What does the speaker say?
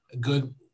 good